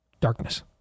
Darkness